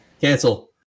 cancel